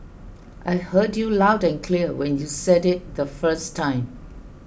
I heard you loud and clear when you said it the first time